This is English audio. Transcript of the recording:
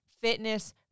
fitness